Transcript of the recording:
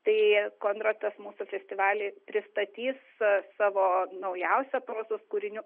tai kondrotas mūsų festivaly pristatys savo naujausią prozos kūrinių